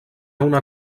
una